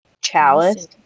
Chalice